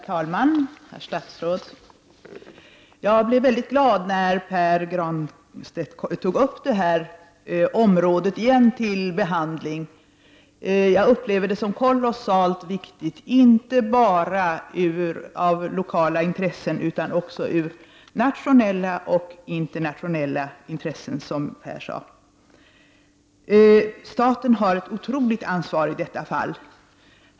Herr talman! Jag blev väldigt glad, herr statsråd, när Pär Granstedt tog upp frågan om detta område till behandling igen. Jag upplever det som kolossalt viktigt, inte bara som ett lokalt intresse utan också som ett nationellt och internationellt intresse, vilket också Pär Granstedt sade. Staten har ett otroligt ansvar i detta fall.